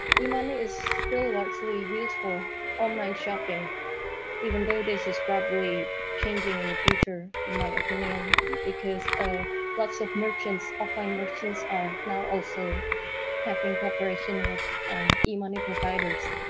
e-money is still largely used for online shopping even though this is probably changing in the future in my opinion because of lots of merchants. offline merchants are now also having operation with e-money providers.